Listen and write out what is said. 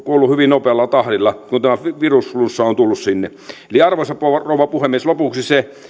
kuollut hyvin nopealla tahdilla kun tämä virusflunssa on tullut sinne arvoisa rouva puhemies lopuksi se